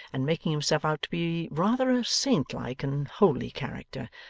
and making himself out to be rather a saint-like and holy character,